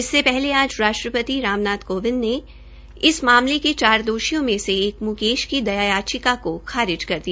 इससे पहले आज राष्ट्रपति राम नाथ कोविंद ने इस मामले के चार दोषियों में से एक म्केश की दया याचिका खारिज दिया